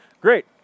Great